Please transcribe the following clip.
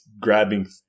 grabbing